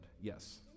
yes